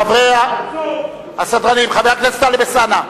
חבר הכנסת טלב אלסאנע.